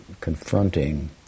confronting